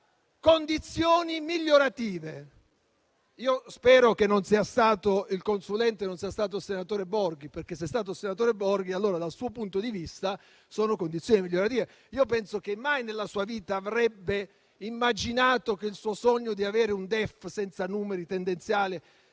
condizioni migliorative. Io spero che il consulente non sia stato il senatore Claudio Borghi. Se il consulente è stato il senatore Borghi, allora, dal suo punto di vista, queste sono condizioni migliorative. Io penso che mai, nella sua vita, egli avrebbe immaginato che il suo sogno di avere un DEF senza numeri tendenziali